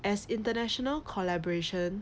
as international collaboration